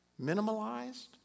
minimalized